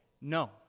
No